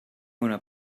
una